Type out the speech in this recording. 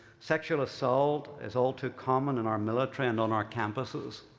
sexual assault is all too common in our military and on our campuses.